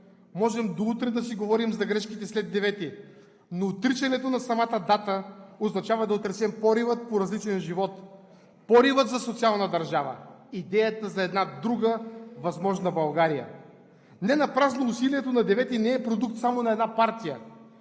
Можем до утре да си говорим за грешките след 9-и, но отричането на самата дата означава да отречем порива по различен живот, порива за социална държава, идеята за една друга възможна България. Ненапразно усилието на 9-и не е продукт само на една партия.